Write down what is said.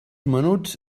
menuts